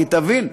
כי תבין,